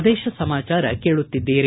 ಪ್ರದೇಶ ಸಮಾಚಾರ ಕೇಳುತ್ತಿದ್ದೀರಿ